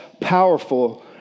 powerful